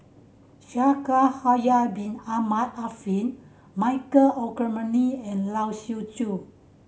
Shaikh Yahya Bin Ahmed Afifi Michael Olcomendy and Lai Siu Chiu